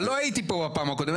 אבל לא הייתי פה בפעם הקודמת.